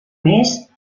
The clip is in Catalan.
més